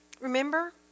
Remember